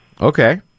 Okay